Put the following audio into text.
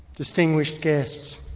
distinguished guests,